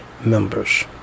members